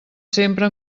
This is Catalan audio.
sempre